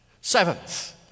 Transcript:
Seventh